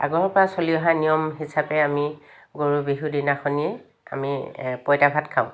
আগৰ পৰা চলি অহা নিয়ম হিচাপে আমি গৰুৰ বিহুৰ দিনাখনি আমি পঁইতা ভাত খাওঁ